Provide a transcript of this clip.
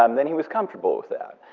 um then he was comfortable with that.